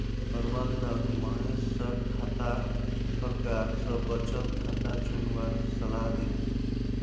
प्रबंधक महेश स खातार प्रकार स बचत खाता चुनवार सलाह दिले